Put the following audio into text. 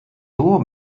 nur